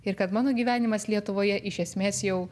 ir kad mano gyvenimas lietuvoje iš esmės jau